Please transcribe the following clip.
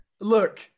Look